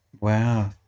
Wow